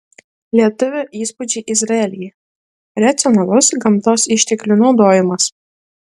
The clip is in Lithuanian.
lietuvio įspūdžiai izraelyje racionalus gamtos išteklių naudojimas